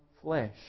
flesh